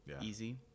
easy